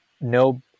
no